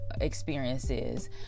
Experiences